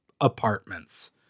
apartments